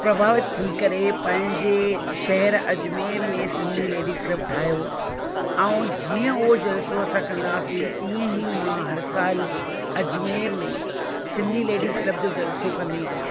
प्रभावित थी करे पंहिंजे शहर अजमेर में सिंधी लेडीज़ क्लब ठाहियो ऐं जीअं उहो जलिसो असां कंदा हुआसीं तींअ ई मां हर सालु अजमेर में सिंधी लेडीज़ क्लब जो जलिसो कंदी आहियां